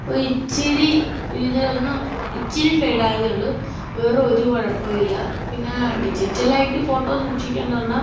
ഒരിച്ചിരി ഇതിലൊന്നു ഇച്ചിരി ഫെയിടായതേയുള്ളൂ വേറെ ഒരു കുഴപ്പവുമില്ല പിന്നെ ഡിജിറ്റലായിട്ട് ഫോട്ടോ സൂക്ഷിക്കുക എന്നുപറഞ്ഞാല്